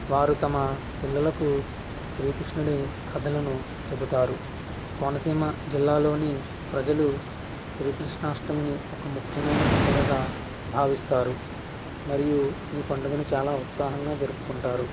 వారు తమ పిలల్లకు శ్రీకృష్ణుడి కథలను చెబుతారు కోనసీమ జిల్లాలోని ప్రజలు శ్రీకృష్ణాష్టమిని ఒక ముఖ్యమైన పండుగగా భావిస్తారు మరియు ఈ పండుగను చాలా ఉత్సాహంగా జరుపుకుంటారు